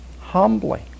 humbly